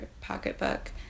pocketbook